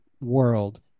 world